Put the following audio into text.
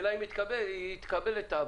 השאלה היא אם היא תקבל את תאוותה.